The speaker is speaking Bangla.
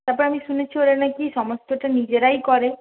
তারপর আমি শুনেছি ওরা নাকি সমস্তটা নিজেরাই করে